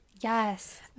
yes